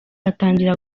atangira